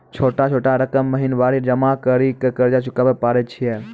छोटा छोटा रकम महीनवारी जमा करि के कर्जा चुकाबै परए छियै?